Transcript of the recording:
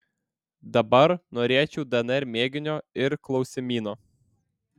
dabar norėčiau dnr mėginio ir klausimyno